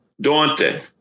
daunting